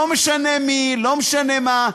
בירושה, לא משנה מי, לא משנה מה.